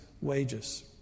wages